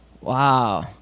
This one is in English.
wow